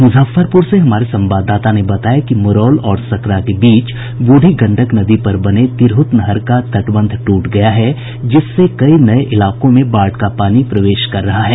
मुजफ्फरपुर से हमारे संवाददाता ने बताया कि मुरौल और सकरा के बीच बूढ़ी गंडक नदी पर बने तिरहुत नहर का तटबंध टूट गया है जिससे कई नये इलाकों में बाढ़ का पानी प्रवेश कर रहा है